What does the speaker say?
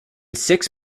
six